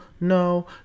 no